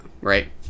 Right